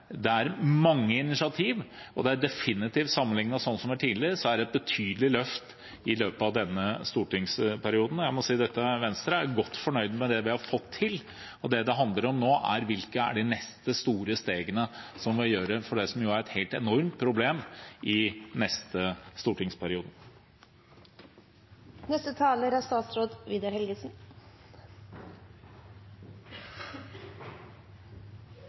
mange initiativ, og sammenlignet med sånn som det var tidligere, har det definitivt vært et betydelig løft i løpet av denne stortingsperioden. Jeg må si Venstre er godt fornøyd med det vi har fått til, og det det handler om nå, er hvilke store steg som er de neste vi må ta – i neste stortingsperiode – for det som er et helt enormt problem.